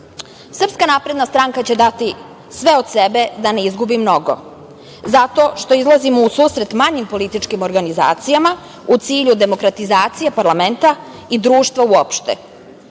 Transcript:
napredna stranka će dati sve od sebe da ne izgubi mnogo zato što izlazimo u susret manjim političkim organizacijama u cilju demokratizacije parlamenta i društva,